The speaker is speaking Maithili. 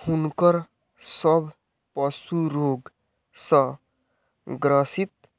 हुनकर सभ पशु रोग सॅ ग्रसित